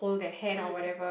mm